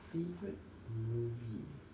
favourite movie